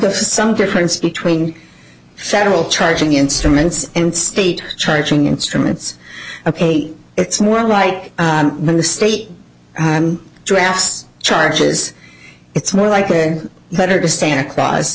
of some difference between several charging instruments and state charging instruments eight it's more like when the state drafts charges it's more like a letter to santa claus